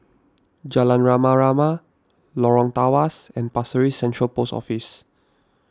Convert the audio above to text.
Jalan Rama Rama Lorong Tawas and Pasir Ris Central Post Office